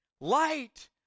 Light